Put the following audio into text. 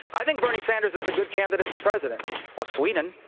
i think bernie sanders is good candidate for president of sweden.